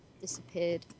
disappeared